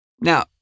Now